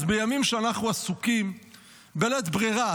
אז בימים שאנחנו עסוקים בלית ברירה,